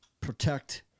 protect